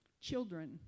Children